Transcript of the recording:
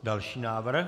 Další návrh.